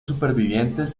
supervivientes